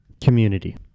community